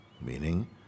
Meaning